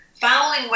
following